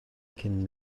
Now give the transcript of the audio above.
cyn